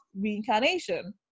reincarnation